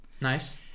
nice